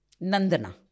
Nandana